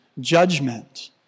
judgment